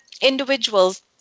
individuals